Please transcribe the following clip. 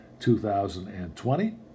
2020